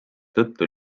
tõttu